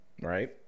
Right